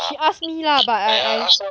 she ask me lah but I I